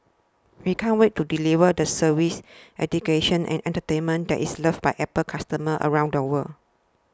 we can't wait to deliver the service education and entertainment that is loved by Apple customers around the world